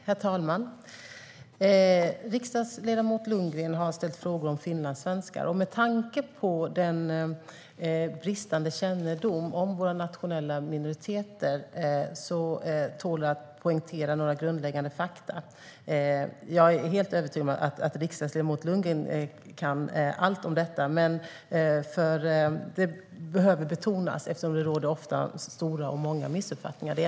Herr talman! Riksdagsledamot Lundgren har ställt frågor om finlandssvenskar, och med tanke på den bristande kännedomen om våra nationella minoriteter finns det skäl att poängtera några grundläggande fakta. Jag är helt övertygad om att riksdagsledamot Lundgren kan allt om detta, men det behöver betonas eftersom det finns många och stora missuppfattningar.